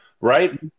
Right